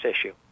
issue